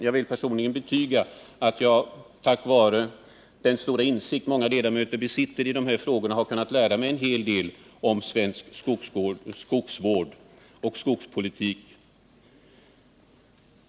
Jag vill personligen betyga att jag tack vare den stora insikt många ledamöter besitter i de här frågorna har kunnat lära mig en hel hel om svensk skogsvård och skogspolitik.